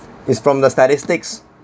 it's from the statistics